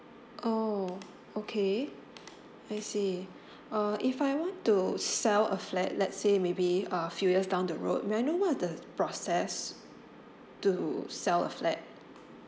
oh okay I see uh if I want to sell a flat let's say maybe a few years down the road may I know what are the process to sell a flat